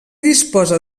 disposa